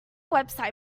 website